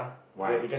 why